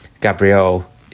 Gabrielle